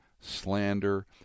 Slander